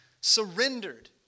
surrendered